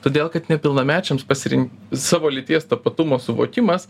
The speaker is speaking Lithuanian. todėl kad nepilnamečiams pasirink savo lyties tapatumo suvokimas